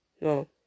No